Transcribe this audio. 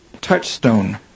touchstone